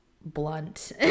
blunt